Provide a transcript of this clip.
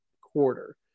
quarter